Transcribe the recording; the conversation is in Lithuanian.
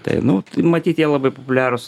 tai nu matyt jie labai populiarūs